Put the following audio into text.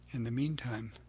in the meantime,